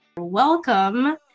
Welcome